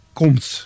komt